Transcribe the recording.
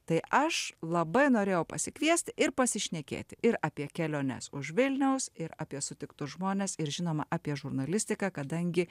tai aš labai norėjau pasikviesti ir pasišnekėti ir apie keliones už vilniaus ir apie sutiktus žmones ir žinoma apie žurnalistiką kadangi